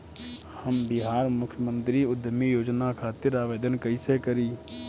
हम बिहार मुख्यमंत्री उद्यमी योजना खातिर आवेदन कईसे करी?